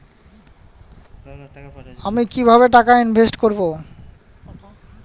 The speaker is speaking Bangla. আমি কিভাবে টাকা ইনভেস্ট করব?